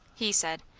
he said.